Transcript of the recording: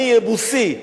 אני יבוסי.